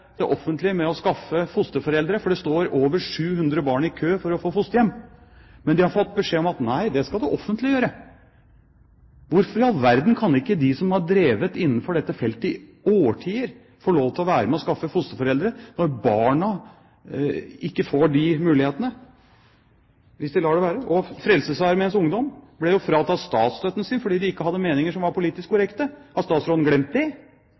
det offentlige med å skaffe fosterforeldre fordi det står over 700 barn i kø for å få fosterhjem, men de har fått beskjed om at nei, det skal det offentlige gjøre. Hvorfor i all verden kan ikke de som har drevet innenfor dette feltet i årtier, få lov til å være med på å skaffe fosterforeldre når barna ikke får denne muligheten hvis de lar det være? Frelsesarmeens ungdom ble fratatt statstøtten fordi de hadde meninger som ikke var politisk korrekte. Har statsråden glemt